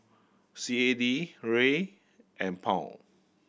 C A D Riel and Pound